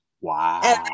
wow